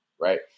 right